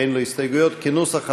שאין לו הסתייגות, כנוסח הוועדה,